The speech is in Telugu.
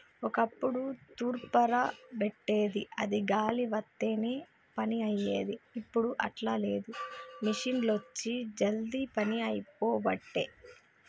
ఒక్కప్పుడు తూర్పార బట్టేది అది గాలి వత్తనే పని అయ్యేది, ఇప్పుడు అట్లా లేదు మిషిండ్లొచ్చి జల్దీ పని అయిపోబట్టే